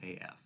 AF